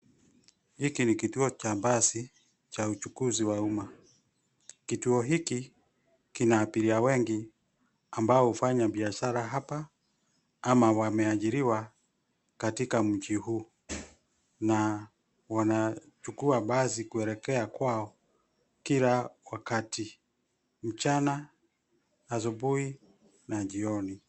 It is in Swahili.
Hiki ni kituo cha mbasi cha uchukuzi wa umma. Kituo hiki kina abiria wengi ambao hufanya biashara hapa ama wameajiriwa katika mji huu. Na wanachukua basi kuelekea kwao kila wakati. Mchana, asubuhi na jioni.